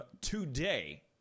today